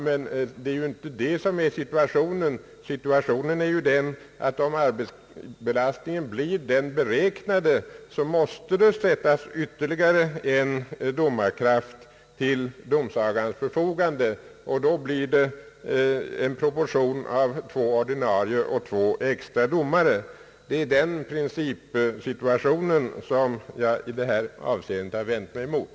Men det är ju inte detta som är situationen, utan om arbetsbelastningen blir den beräknade måste ytterligare en domarkraft ställas till domsagans förfogande. Då blir det proportionen två ordinarie och två extra domare, och det är den principiella situationen som jag i detta avseende har vänt mig emot.